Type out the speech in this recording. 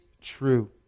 true